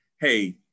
hey